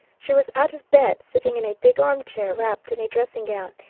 she was out of bed, sitting in a big arm chair, wrapped in a dressing-gown,